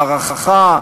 הארכה,